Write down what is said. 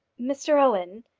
mr owen,